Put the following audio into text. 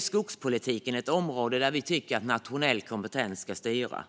Skogspolitiken är ett område där vi tycker att nationell kompetens ska styra.